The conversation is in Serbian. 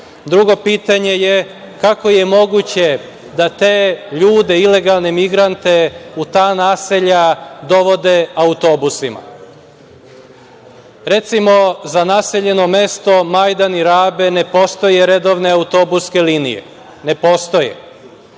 pitanje je, kako je moguće da te ljude i legalne migrante u ta naselja dovode autobusima. Recimo, za naseljeno mesto Majdan i Rabe, ne postoje redovne autobuske linije, ne postoje.